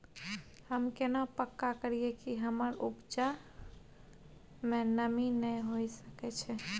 हम केना पक्का करियै कि हमर उपजा में नमी नय होय सके छै?